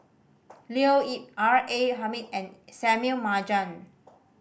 Leo Yip R A Hamid and Marjan